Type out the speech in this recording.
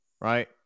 right